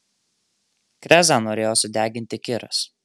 krezą norėjo sudeginti kiras